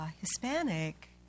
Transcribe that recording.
Hispanic